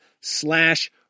slash